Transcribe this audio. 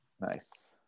nice